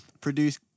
produce